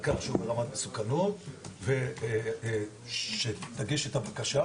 כך שהוא ברמת מסוכנות ושתגיש את הבקשה,